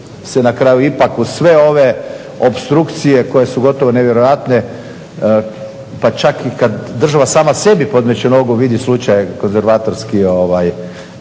se na kraju ipak uz sve ove opstrukcije koje su gotovo nevjerojatne, pa čak i kad država sama sebi podmeće nogu vidi slučajeve konzervatorski